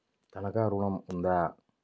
తనఖా ఋణం ఉందా?